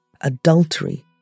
adultery